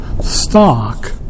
stock